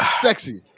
Sexy